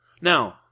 Now